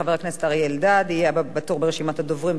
חבר הכנסת אריה אלדד יהיה הבא בתור ברשימת הדוברים,